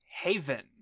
Haven